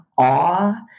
awe